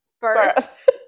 birth